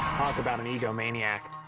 about an egomaniac.